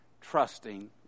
trusting